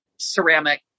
ceramic